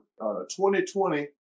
2020